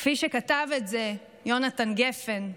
כפי שכתב את זה יונתן גפן,